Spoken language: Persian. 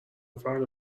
فردا